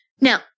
Now